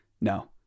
no